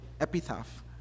epitaph